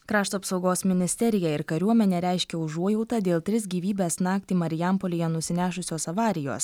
krašto apsaugos ministerija ir kariuomenė reiškia užuojautą dėl tris gyvybes naktį marijampolėje nusinešusios avarijos